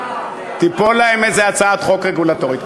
תיפול להם איזה הצעת חוק רגולטורית.